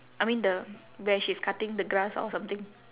I mean the where she's cutting the grass or something